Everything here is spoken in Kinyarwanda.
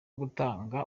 gutanga